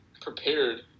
prepared